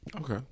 Okay